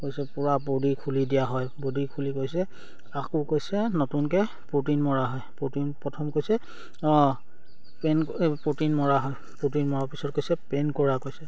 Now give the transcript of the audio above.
কৈছে পূৰা বডি খুলি দিয়া হয় বডি খুলি কৈছে আকৌ কৈছে নতুনকে প্ৰ'টিন মৰা হয় প্ৰ'টিন প্ৰথম কৈছে অঁ প্ৰ'টিন মৰা হয় প্ৰ'টিন মৰাৰ পিছত কৈছে পেইণ্ট কৰা কৈছে